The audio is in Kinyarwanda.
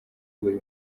buri